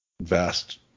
vast